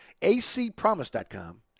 acpromise.com